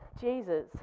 Jesus